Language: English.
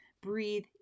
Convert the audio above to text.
breathe